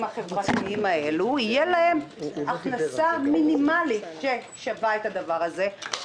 החברתיים האלה תהיה להם הכנסה מינימלית ששווה את הדבר הזה,